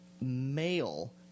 male